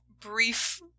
brief